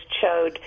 showed